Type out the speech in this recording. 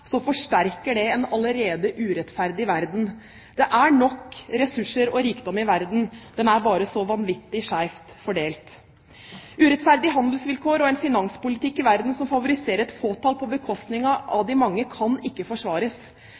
forsterker det en allerede urettferdig verden. Det er nok ressurser og rikdom i verden. Den er bare så vanvittig skjevt fordelt. Urettferdige handelsvilkår og en finanspolitikk i verden som favoriserer et fåtall på bekostning av de mange, kan ikke forsvares.